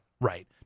right